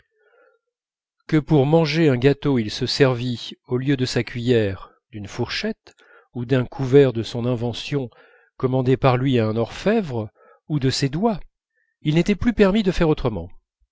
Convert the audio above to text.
que pour manger un gâteau il se servît au lieu de sa cuiller d'une fourchette ou d'un couvert de son invention commandé par lui à un orfèvre ou de ses doigts il n'était plus permis de faire autrement